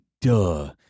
duh